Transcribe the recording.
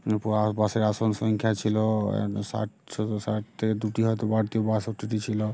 বা বাসের আসন সংখ্যা ছিল ষাট ছশো ষাটে দুটি হয়তো ভারতীয় বাস ছিল